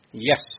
Yes